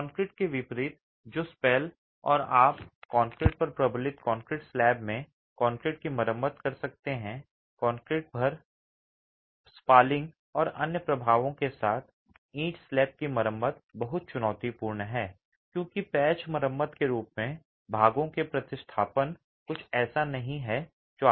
concrete के विपरीत जो स्पैल और आप कंक्रीट पर प्रबलित कंक्रीट स्लैब में कंक्रीट की मरम्मत कर सकते हैं कंक्रीट पर स्पॉलिंग और अन्य प्रभावों के साथ ईंट स्लैब की मरम्मत बहुत चुनौतीपूर्ण है क्योंकि पैच मरम्मत के रूप में भागों के प्रतिस्थापन कुछ ऐसा नहीं है जो आसान है